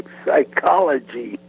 psychology